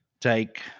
take